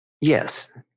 Yes